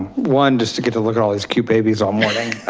one just to get to look at all these cute babies all morning.